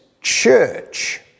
church